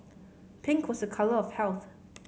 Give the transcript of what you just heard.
pink was a colour of health